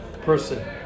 person